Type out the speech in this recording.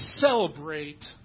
celebrate